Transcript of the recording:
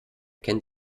kennt